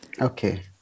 Okay